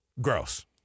Gross